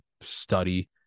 study